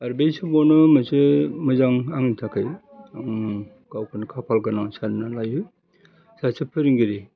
आरो बै समावनो मोनसे मोजां आंनि थाखाय आं गावखौनो खाफाल गोनां सानानै लायो सासे फोरोंगिरि